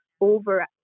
over